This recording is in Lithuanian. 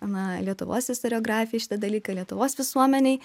na lietuvos istoriografijai šitą dalyką lietuvos visuomenei